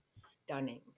stunning